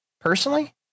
personally